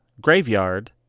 Graveyard